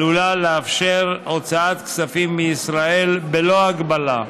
עלולה לאפשר הוצאת כספים מישראל בלא הגבלה,